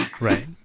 Right